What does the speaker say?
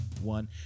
one